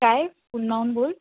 काय पुन्हा बोल